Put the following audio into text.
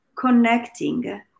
connecting